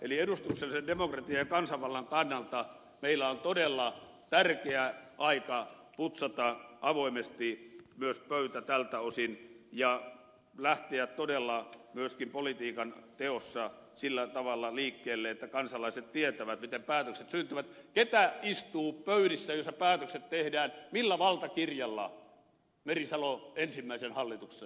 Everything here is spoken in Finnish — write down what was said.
eli edustuksellisen demokratian ja kansanvallan kannalta meillä on todella tärkeä aika putsata avoimesti pöytä myös tältä osin ja lähteä todella myöskin politiikan teossa sillä tavalla liikkeelle että kansalaiset tietävät miten päätökset syntyvät keitä istuu pöydissä joissa päätökset tehdään millä valtakirjalla merisalon ensimmäisessä hallituksessa esimerkiksi